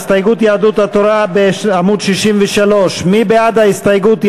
הסתייגות יהדות התורה בעמוד 63. מי בעד ההסתייגות,